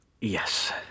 Yes